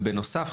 בנוסף,